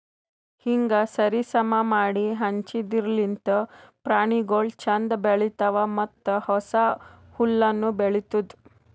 ಹೀಂಗ್ ಸರಿ ಸಮಾ ಮಾಡಿ ಹಂಚದಿರ್ಲಿಂತ್ ಪ್ರಾಣಿಗೊಳ್ ಛಂದ್ ಬೆಳಿತಾವ್ ಮತ್ತ ಹೊಸ ಹುಲ್ಲುನು ಬೆಳಿತ್ತುದ್